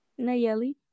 Nayeli